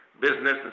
business